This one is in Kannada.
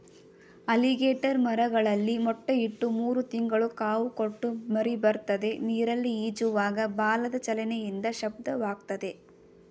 ಅಲಿಗೇಟರ್ ಮರಳಲ್ಲಿ ಮೊಟ್ಟೆ ಇಟ್ಟು ಮೂರು ತಿಂಗಳು ಕಾವು ಕೊಟ್ಟು ಮರಿಬರ್ತದೆ ನೀರಲ್ಲಿ ಈಜುವಾಗ ಬಾಲದ ಚಲನೆಯಿಂದ ಶಬ್ದವಾಗ್ತದೆ